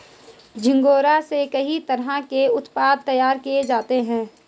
झींगुर से कई तरह के उत्पाद तैयार किये जाते है